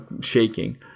shaking